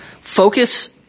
focus